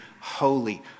holy